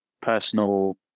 personal